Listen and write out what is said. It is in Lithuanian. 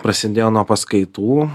prasidėjo nuo paskaitų